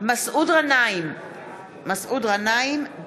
מסעוד גנאים,